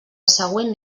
següent